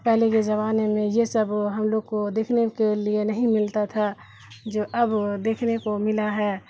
پہلے کے زمانے میں یہ سب ہم لوگ کو دیکھنے کے لیے نہیں ملتا تھا جو اب دیکھنے کو ملا ہے